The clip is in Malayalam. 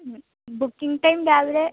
ബുക്കിംഗ് ടൈം രാവിലെ